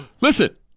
Listen